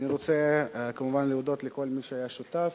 אני רוצה כמובן להודות לכל מי שהיה שותף